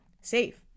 safe